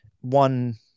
one